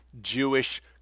Jewish